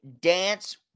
dance